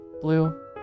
Blue